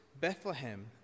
Bethlehem